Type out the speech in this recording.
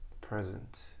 present